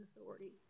authority